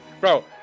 bro